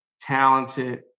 talented